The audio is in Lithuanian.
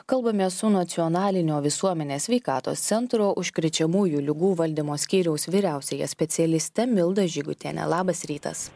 kalbamės su nacionalinio visuomenės sveikatos centro užkrečiamųjų ligų valdymo skyriaus vyriausiąja specialiste milda žygutiene labas rytas